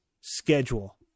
schedule